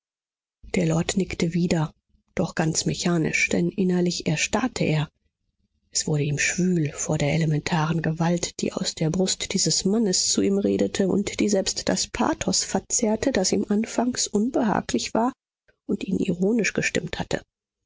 der lord nickte wieder doch ganz mechanisch denn innerlich erstarrte er es wurde ihm schwül vor der elementaren gewalt die aus der brust dieses mannes zu ihm redete und die selbst das pathos verzehrte das ihm anfangs unbehaglich war und ihn ironisch gestimmt hatte